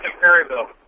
Perryville